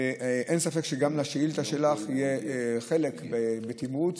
אין ספק שגם לשאילתה שלך יהיה חלק בתמרוץ